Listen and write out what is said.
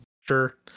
Sure